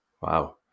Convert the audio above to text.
Wow